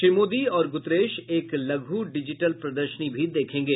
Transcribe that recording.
श्री मोदी और ग्रतरश एक लघ् डिजिटल प्रदर्शनी भी देखेंगे